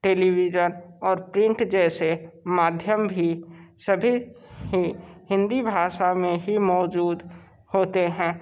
television और print जैसे माध्यम भी सभी ही हिंदी भाशा में ही मौजूद होते हैं